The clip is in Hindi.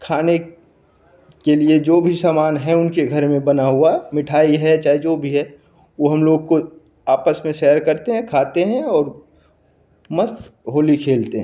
खाने के लिए जो भी समान है उनके घर में बना हुआ मिठाई है चाहे जो भी है वो हम लोग को आपस में शेयर करते हैं खाते हैं और मस्त होली खेलते हैं